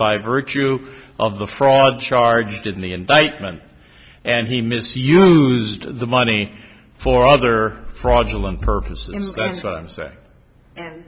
by virtue of the fraud charged in the indictment and he misused the money for other fraudulent purposes and that's what i'm saying